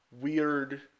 weird